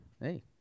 hey